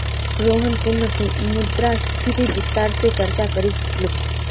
रोहन पुनः मुद्रास्फीतित विस्तार स चर्चा करीलकू